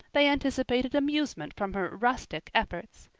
they anticipated amusement from her rustic efforts.